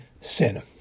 sin